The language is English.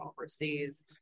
overseas